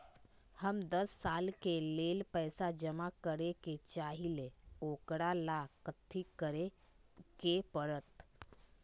हम दस साल के लेल पैसा जमा करे के चाहईले, ओकरा ला कथि करे के परत?